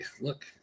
look